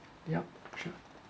yup sure